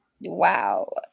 Wow